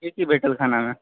की की भेटत खानामे